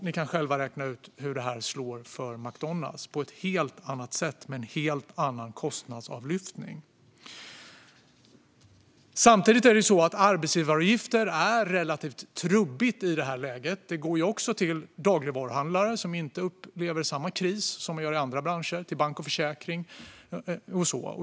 Ni kan själva räkna ut hur detta slår för McDonalds - på ett helt annat sätt, med en helt annan kostnadsavlyftning. Samtidigt är sänkta arbetsgivaravgifter relativt trubbigt i detta läge. Även dagligvaruhandlare omfattas, som inte upplever samma kris som andra branscher, liksom bank och försäkring.